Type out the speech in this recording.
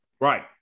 Right